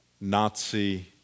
Nazi